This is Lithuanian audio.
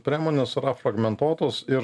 priemonės yra fragmentuotos ir